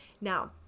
Now